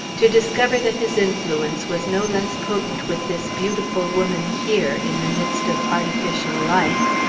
to discover that his influence was no less potent with this beautiful woman here, in the midst of artificial life,